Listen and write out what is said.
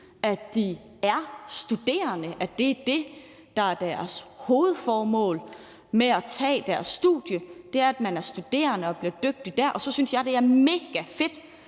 at de er studerende. Det, der er deres hovedformål med at tage deres uddannelse, er, at de er studerende og bliver dygtige der. Og så synes jeg, det er megafedt,